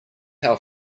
how